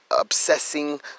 obsessing